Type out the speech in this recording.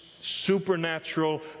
supernatural